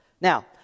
Now